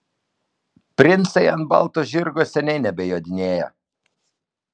princai ant balto žirgo seniai nebejodinėja